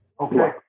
Okay